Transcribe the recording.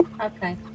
Okay